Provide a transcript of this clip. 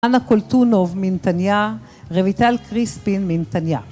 ‫אנה קולטונוב מן נתניה, ‫רויטל קריספין מן נתניה.